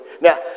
Now